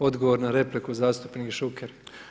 Odgovor na repliku, zastupnik Šuker.